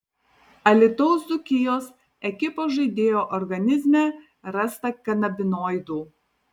alytaus dzūkijos ekipos žaidėjo organizme rasta kanabinoidų